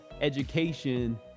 education